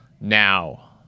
now